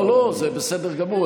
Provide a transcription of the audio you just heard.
לא, לא, זה בסדר גמור.